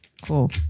Cool